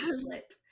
slip